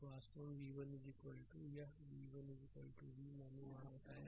तो वास्तव में v1 यह v v1 वी मैंने वहां बताया